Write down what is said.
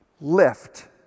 lift